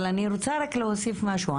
אבל אני רוצה רק להוסיף משהו.